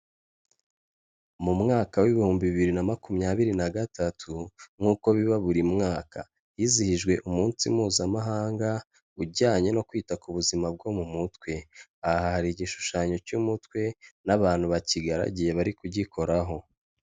Mu mwaka w'ibihumbi bibiri na makumyabiri nagatatu, nkuko' biba buri mwaka, hizihijwe umunsi mpuzamahanga, ujyanye no kwita ku buzima bwo mu mutwe, aha hari igishushanyo cy'umutwe, n'abantu bakigaragiye bari kugikoraho.